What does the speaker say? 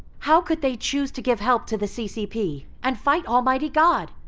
how could they choose to give help to the ccp and fight almighty god?